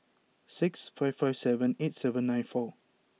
six five five seven eight seven nine four